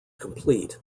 complete